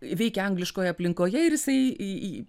veikė angliškoj aplinkoje ir jisai į į